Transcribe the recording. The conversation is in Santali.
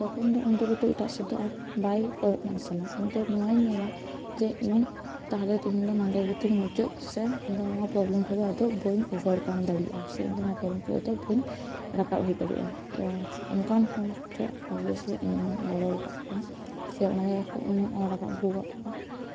ᱛᱚᱠᱷᱚᱱ ᱫᱚ ᱩᱱ ᱫᱚ ᱠᱤᱱᱛᱩ ᱮᱴᱟᱜ ᱥᱮᱫᱚᱜᱼᱟ ᱵᱟᱭ ᱠᱚᱭᱚᱜ ᱢᱟᱨᱥᱟᱞᱟ ᱩᱱ ᱫᱚ ᱱᱚᱣᱟᱭ ᱧᱮᱞᱟ ᱡᱮ ᱤᱧ ᱛᱟᱦᱚᱞᱮ ᱛᱮᱦᱮᱧ ᱫᱚ ᱱᱚᱸᱰᱮ ᱜᱮᱛᱤᱧ ᱢᱩᱪᱟᱹᱫ ᱥᱮ ᱤᱧ ᱫᱚ ᱱᱚᱣᱟ ᱯᱨᱚᱵᱞᱮᱢ ᱠᱚᱫᱚ ᱵᱟᱹᱧ ᱚᱵᱷᱟᱨ ᱠᱟᱢ ᱫᱟᱲᱮᱭᱟᱜᱼᱟ ᱥᱮ ᱤᱧ ᱫᱚ ᱱᱚᱣᱟ ᱯᱨᱚᱵᱞᱮᱢ ᱠᱷᱚᱱᱟᱜ ᱫᱚ ᱵᱟᱹᱧ ᱨᱟᱠᱟᱵᱽ ᱦᱮᱡ ᱫᱟᱲᱮᱭᱟᱜᱼᱟ ᱚᱱᱠᱟᱱ ᱦᱚᱲ ᱴᱷᱮᱱ ᱳᱵᱤᱭᱮᱥᱞᱤ ᱤᱧ ᱜᱚᱲᱚ ᱠᱟᱜ ᱠᱚᱣᱟ ᱥᱮ ᱚᱱᱟ ᱡᱟᱭᱜᱟ ᱠᱷᱚᱱᱤᱧ ᱚᱨ ᱨᱟᱠᱟᱵ ᱟᱹᱜᱩ ᱠᱟᱜ ᱠᱚᱣᱟ